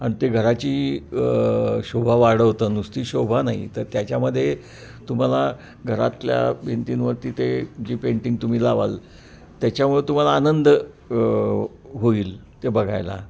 आणि ते घराची शोभा वाढवतं नुसती शोभा नाही तर त्याच्यामध्ये तुम्हाला घरातल्या भिंतींवरती ते जी पेंटिंग तुम्ही लावाल त्याच्यामुळं तुम्हाला आनंद होईल ते बघायला